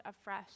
afresh